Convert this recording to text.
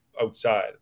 outside